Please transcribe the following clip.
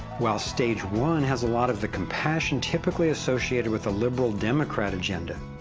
while stage one has lot of the compassion, typically associated with liberal-democratic agenda,